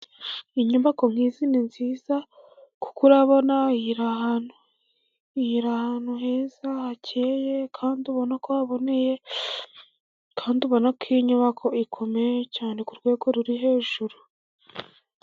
Inyubako nk'izi ni nziza, kuko urabona iyi iri ahantu ahantu heza hakeye kandi ubona ko haboneye, kandi ubona ko iyi nyubako ikomeye cyane ku rwego ruri hejuru.